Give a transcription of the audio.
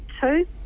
two